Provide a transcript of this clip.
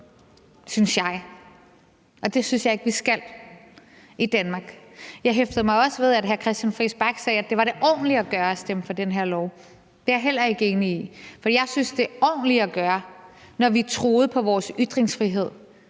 synes jeg, og det synes jeg ikke vi skal i Danmark. Jeg hæftede mig også ved, at hr. Christian Friis Bach sagde, at det var det ordentlige at gøre at stemme for den her lov. Det er jeg heller ikke enig i. For jeg synes, at det ordentlige at gøre, når vi er truet på vores ytringsfrihed,